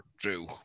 true